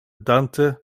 dante